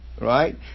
right